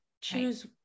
Choose